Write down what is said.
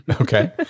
Okay